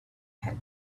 had